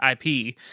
IP